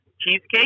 cheesecake